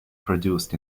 produced